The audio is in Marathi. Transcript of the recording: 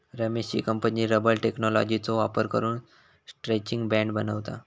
रमेशची कंपनी रबर टेक्नॉलॉजीचो वापर करून स्ट्रैचिंग बँड बनवता